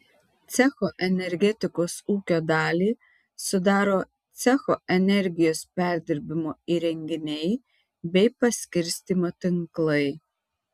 cecho energetikos ūkio dalį sudaro cecho energijos perdirbimo įrenginiai bei paskirstymo tinklai